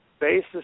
basis